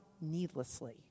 needlessly